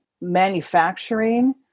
manufacturing